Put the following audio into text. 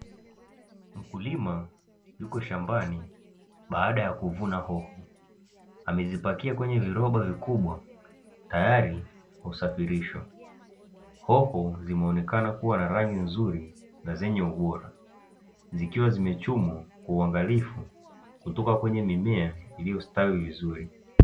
Mkulima yuko shambani baada ya kuvuna hoho, amezipakia kwenye viroba vikubwa tayari kusafirishwa, hoho zimeonekana kuwa na rangi nzuri na zenye ubora zikiwa zimechumwa kwa uangalifu kutoka kwenye mimea iliyostawi vizuri.